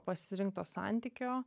pasirinkto santykio